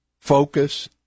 focus